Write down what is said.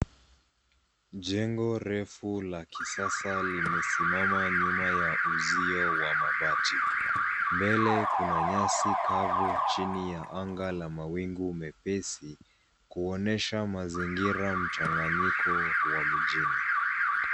Jengo refu la kisasa limesimama nyuma ya uzio wa mabati, mbele kuna nyasi kavu chini ya anga la mawingu mepesi kuonyesha mazingira mchanganyiko wa mijini.